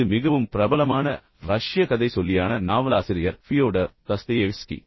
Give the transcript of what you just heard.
இது மிகவும் பிரபலமான ரஷ்ய கதைசொல்லியான நாவலாசிரியர் ஃபியோடர் தஸ்தயேவ்ஸ்கி